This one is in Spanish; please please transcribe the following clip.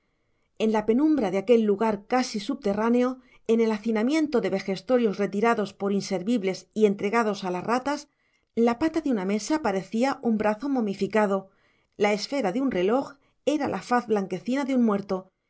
en la penumbra de aquel lugar casi subterráneo en el hacinamiento de vejestorios retirados por inservibles y entregados a las ratas la pata de una mesa parecía un brazo momificado la esfera de un reloj era la faz blanquecina de un muerto